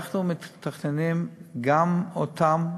אנחנו מתכננים גם אותם,